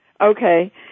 Okay